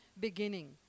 beginning